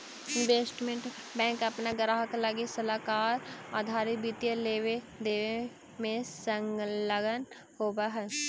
investment bank अपना ग्राहक लगी सलाहकार आधारित वित्तीय लेवे देवे में संलग्न होवऽ हई